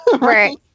Right